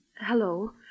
Hello